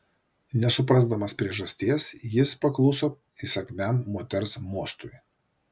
nesuprasdamas priežasties jis pakluso įsakmiam moters mostui